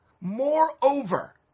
Moreover